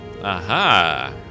Aha